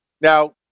Now